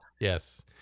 Yes